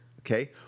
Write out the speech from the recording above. okay